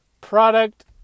product